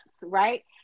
right